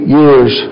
years